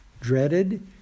dreaded